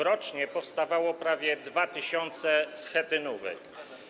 Rocznie powstawało prawie 2 tys. schetynówek.